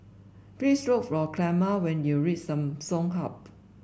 please look for Clemma when you reach Samsung Hub